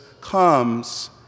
comes